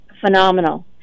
phenomenal